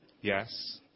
Yes